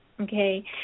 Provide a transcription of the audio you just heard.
okay